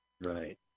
Right